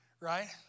right